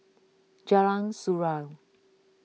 Jalan Surau